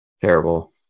terrible